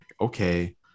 Okay